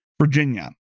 Virginia